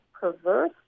perverse